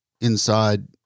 inside